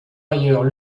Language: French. ailleurs